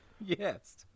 Yes